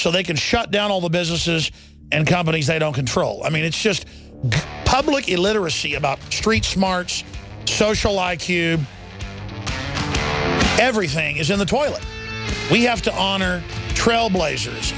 so they can shut down all the businesses and companies they don't control i mean it's just public illiteracy about street smarts social like you everything is in the toilet we have to honor trailblazers